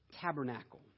tabernacle